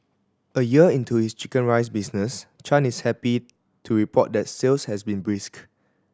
a year into his chicken rice business Chan is happy to report that sales has been brisk